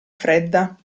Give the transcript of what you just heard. fredda